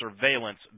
surveillance